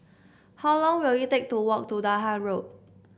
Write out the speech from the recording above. how long will it take to walk to Dahan Road